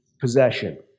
possession